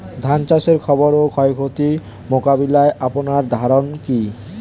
ধান চাষের খরচ ও ক্ষয়ক্ষতি মোকাবিলায় আপনার ধারণা কী?